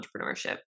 entrepreneurship